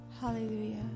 Hallelujah